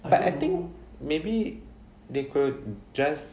but I think maybe they could just